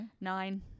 Nine